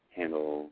handle